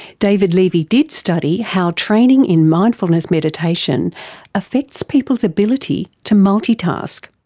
david levy did study how training in mindfulness meditation affects people's ability to multitask.